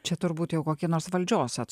čia turbūt jau kokie nors valdžios ats